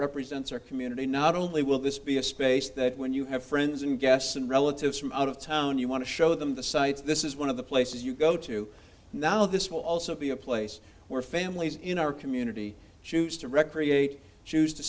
represents our community not only will this be a space that when you have friends and guests and relatives from out of town you want to show them the sights this is one of the places you go to now this will also be a place where families in our community choose to recreate choose to